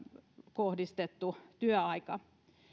kohdistettu työaika